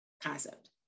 concept